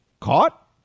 caught